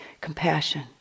compassion